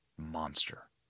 monster